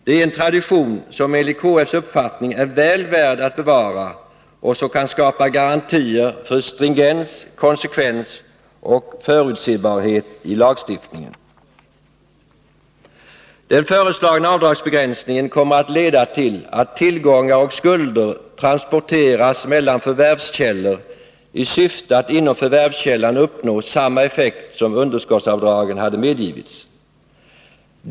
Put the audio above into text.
Det är en tradition som enligt KF:s uppfattning är väl värd att bevara och som kan skapa garantier för stringens, konsekvens och förutsebarhet i lagstiftningen. Den föreslagna avdragsbegränsningen kommer att leda till att tillgångar och skulder transporteras mellan förvärvskällor i syfte att inom förvärvskällan uppnå samma effekt som om underskottsavdrag hade medgivits.